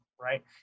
right